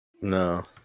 No